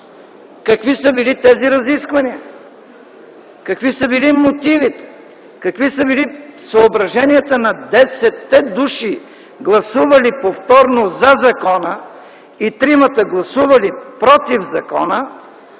какви са били тези разисквания, какви са били мотивите, какви са били съображенията на десетте души гласували повторно „за” закона и тримата гласували „против” закона,